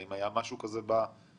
האם היה משהו כזה מ-2003?